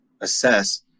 assess